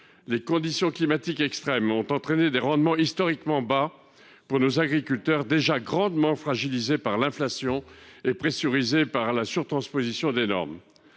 Les conditions climatiques extrêmes ont entraîné des rendements historiquement bas pour nos agriculteurs, déjà grandement fragilisés par l’inflation et pressurés par la surtransposition des normes.